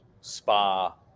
Spa